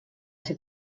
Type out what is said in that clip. ser